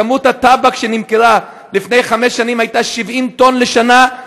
כמות הטבק שנמכרה לפני חמש שנים הייתה 70 טון לשנה,